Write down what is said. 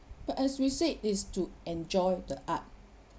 but as we said it is to enjoy the art